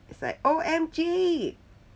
it's like O_M_G